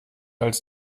als